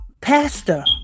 pastor